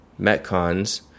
metcons